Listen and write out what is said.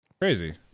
crazy